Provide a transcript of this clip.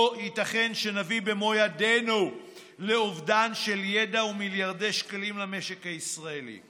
לא ייתכן שנביא במו ידינו לאובדן של ידע ומיליארדי שקלים למשק הישראלי.